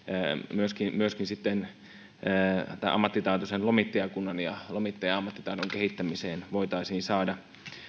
myöskin myöskin sitten tämän ammattitaitoisen lomittajakunnan ja lomittaja ammattitaidon kehittämiseen voitaisiin saada